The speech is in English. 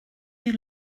you